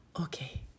Okay